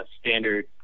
standard